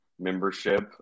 membership